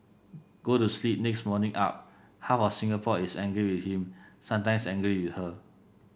go to sleep next morning up half of Singapore is angry with him sometimes angry with her